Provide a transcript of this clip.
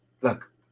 look